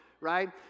right